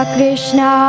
Krishna